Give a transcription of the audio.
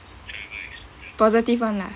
positive one lah